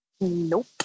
Nope